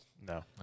No